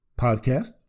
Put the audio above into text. podcast